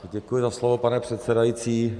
Děkuji za slovo, pane předsedající.